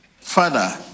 Father